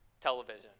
television